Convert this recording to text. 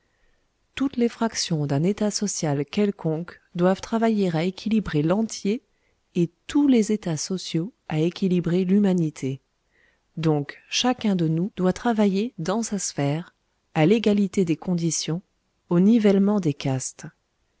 toutes les fractions d'un état social quelconque doivent travailler à équilibrer l'entier et tous les états sociaux à équilibrer l'humanité donc chacun de nous doit travailler dans sa sphère à l'égalité des conditions au nivellement des castes